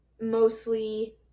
mostly